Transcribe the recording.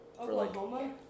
Oklahoma